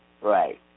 Right